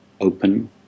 open